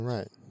Right